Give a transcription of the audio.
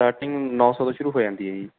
starting ਨੌਂ ਸੌ ਤੋਂ ਸ਼ੁਰੂ ਹੋ ਜਾਂਦੀ ਹੈ ਜੀ